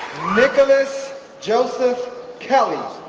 nicholas joseph kelly